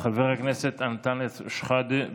חבר הכנסת אנטאנס שחאדה,